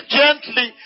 gently